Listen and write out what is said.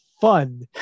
fun